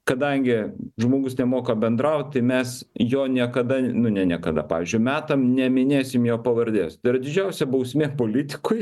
kadangi žmogus nemoka bendraut tai mes jo niekada nu ne niekada pavyzdžiui metam neminėsim jo pavardės tai yra didžiausia bausmė politikui